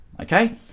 okay